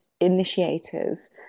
initiators